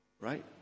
Right